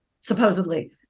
supposedly